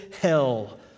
hell